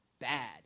bad